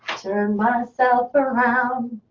turn myself around.